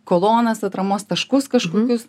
kolonas atramos taškus kažkokius